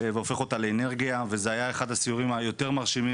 והופך אותה לאנרגיה וזה היה אחד הסיורים היותר מרשימים